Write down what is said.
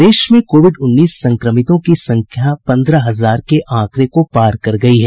प्रदेश में कोविड उन्नीस संक्रमितों की संख्या पन्द्रह हजार के आंकड़े को पार कर गयी है